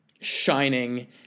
shining